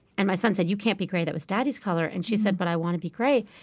and my son said, you can't be gray. that was daddy's color. and she said, but i want to be gray.